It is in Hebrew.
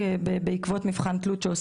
מלמד מאוד וחשוב